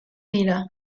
dira